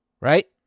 right